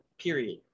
period